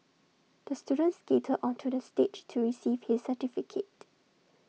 the student skated onto the stage to receive his certificate